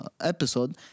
episode